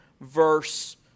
verse